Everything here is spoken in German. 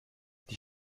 die